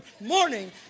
morning